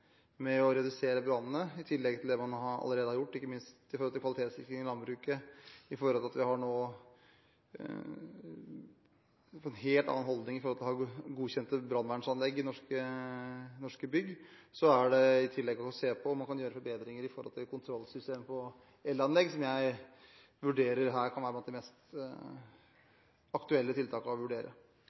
med å redusere brannene – i tillegg til det man allerede har gjort, ikke minst med tanke på kvalitetssikring i landbruket og at vi nå har en helt annen holdning til det å ha godkjente brannvernsanlegg i norske bygg – må man se på om man kan gjøre forbedringer når det gjelder kontrollsystemene for elanlegg, som jeg tror kan være blant de mest aktuelle tiltakene å vurdere.